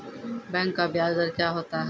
Bank का ब्याज दर क्या होता हैं?